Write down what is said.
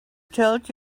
told